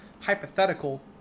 hypothetical